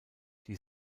die